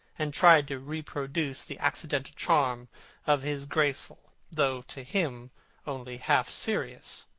and tried to reproduce the accidental charm of his graceful, though to him only half-serious,